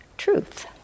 Truth